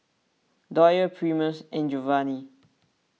Doyle Primus and Jovanny